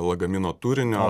lagamino turinio